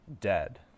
dead